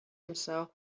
himself